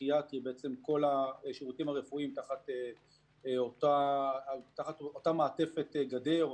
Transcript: פסיכיאטרי כל השירותים הרפואיים תחת אותה מעטפת גדר,